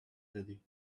daddy